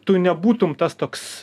tu nebūtum tas toks